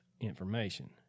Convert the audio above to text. information